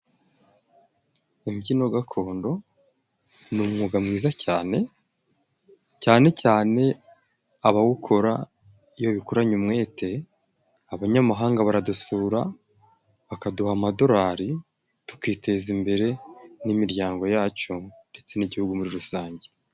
Imbyino gakondo ni umwuga mwiza cyane, cyane cyane abawukora iyo babikoranye umwete. Abanyamahanga baradusura, bakaduha amadorari tukiteza imbere, n'imiryango yacu ndetse n'igihugu muri rusange.